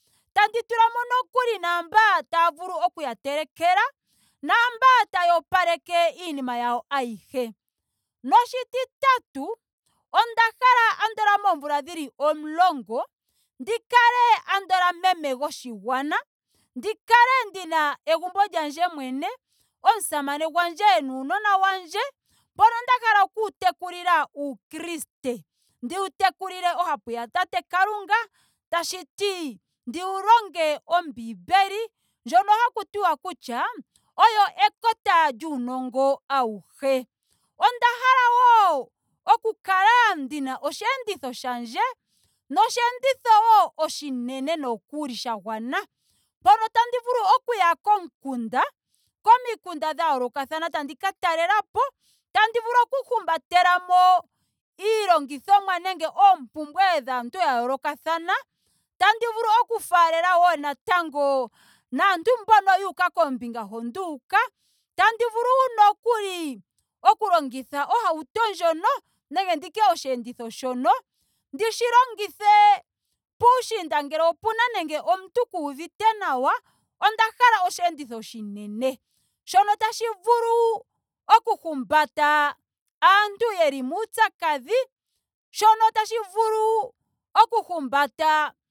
Tandi tulamo nokuli naamboka taya vulu okuya telekela namboka taya opaleke iinima yawo ayihe. Noshititatu onda hala andola moomvula omulongo ndi kale andola meme goshigwana. ndi kale ndina egumbo lyandje mwene. omusamane gwandje nuunona wandje mbono nda hala okuwu tekulila uukriste. Ndiwu tekulile ohapu ya tate kalunga. tashiti ndi wu longe ombiimbeli ndyono haku tiwa kutya oyo ekota lyuunongo auhe. Onda hala wondi kale ndina osheenditho shandje. nosheenditho wo oshinene nokuli sha gwana. Mpono tandi vulu okuya komukunda. komikunda dha yoolokathana tandi ka talelapo. tandi vulu oku humbatelamo iilongithomwa nenge oompumbwe dhaantu yaa yoolokathana. tandi vulu wo natango oku faalela naantu mba yuuka koombinga hu nduuka. Tandi vulu wo oku longitha ohauto ndjono nenge ndi tye osheenditho shono ndishi longithe puuushinda ngele opena nando omuntu kaaha uvute nawa onda hala osheenditho oshinene sho tashi vulu oku humbata aantu yeli muupyakadhi. sho tashi vulu oku humbata